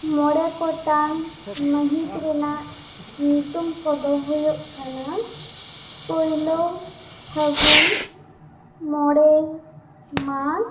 ᱢᱚᱬᱮ ᱜᱚᱴᱟᱝ ᱢᱟ ᱦᱤᱛ ᱨᱮᱱᱟᱜ ᱧᱩᱛᱩᱢ ᱠᱚᱫᱚ ᱦᱩᱭᱩᱜ ᱠᱟᱱᱟ ᱯᱩᱭᱞᱩ ᱯᱷᱟ ᱜᱩᱱ ᱢᱚᱬᱮ ᱢᱟᱜᱽ